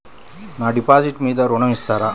నా డిపాజిట్ మీద ఋణం ఇస్తారా?